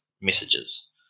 messages